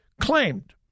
claimed